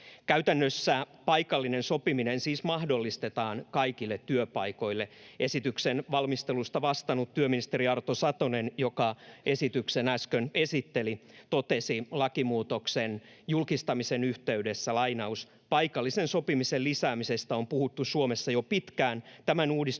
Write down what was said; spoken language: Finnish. Käytännössä paikallinen sopiminen siis mahdollistetaan kaikille työpaikoille. Esityksen valmistelusta vastannut työministeri Arto Satonen, joka esityksen äsken esitteli, totesi lakimuutoksen julkistamisen yhteydessä: ”Paikallisen sopimisen lisäämisestä on puhuttu Suomessa jo pitkään. Tämän uudistuksen